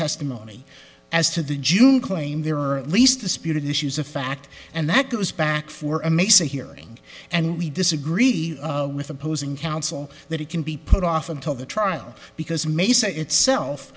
testimony as to the june claim there are at least disputed issues of fact and that goes back for a mesa hearing and we disagree with opposing counsel that it can be put off until the trial because mesa itself